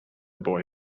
boy